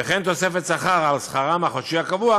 וכן תוספת שכר על שכרם החודשי הקבוע